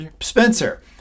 Spencer